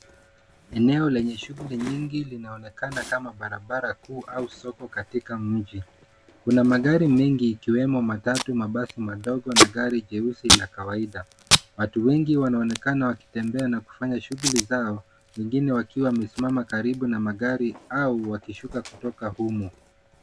Eneo lenye shughuli nyingi linaonekana kama barabara kuu au soko katika mji. Kuna magari mengi ikiwemo matatu, mabasi madogo na gari jeusi la kawaida. Watu wengi wanaonekana wakitembea na kufanya shughuli zao. Wengine wakiwa wamesimama karibu na magari au wakishuka kutoka humo.